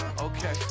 okay